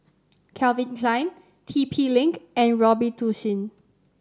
Calvin Klein T P Link and Robitussin